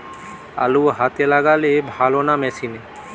আলু হাতে লাগালে ভালো না মেশিনে?